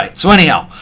like so anyhow.